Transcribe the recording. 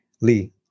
Lee